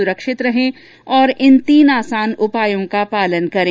सुरक्षित रहें और इन तीन आसान उपायों का पालन करें